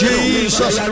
Jesus